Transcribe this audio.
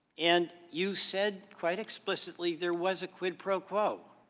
and you said quite explicitly there was a quid pro quo?